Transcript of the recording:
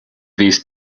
these